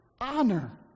honor